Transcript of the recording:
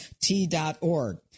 T.org